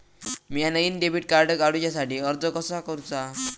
म्या नईन debit card काडुच्या साठी अर्ज कसा करूचा?